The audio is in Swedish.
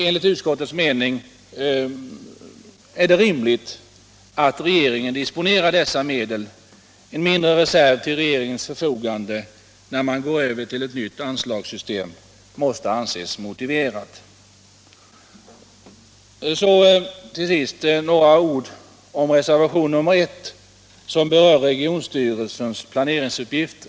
Enligt utskottets mening är det rimligt att regeringen disponerar dessa medel. En mindre reserv till regeringens förfogande när man går över till ett nytt anslagssystem måste anses motiverad. Så till sist några ord om reservationen 1, som berör regionstyrelses planeringsuppgifter.